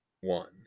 One